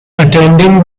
attending